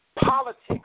politics